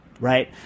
right